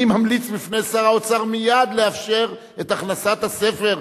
אני ממליץ בפני שר האוצר מייד לאפשר את הכנסת הספר.